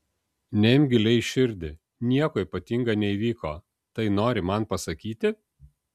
neimk giliai į širdį nieko ypatinga neįvyko tai nori man pasakyti